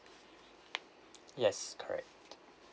yes correct